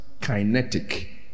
kinetic